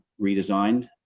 redesigned